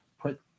put